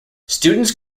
students